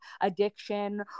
addiction